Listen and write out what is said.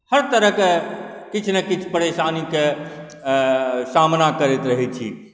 हर तरहके किछु नहि किछु परेशानीके सामना करैत रहै छी